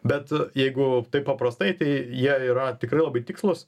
bet jeigu taip paprastai tai jie yra tikrai labai tikslūs